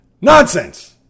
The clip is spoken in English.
nonsense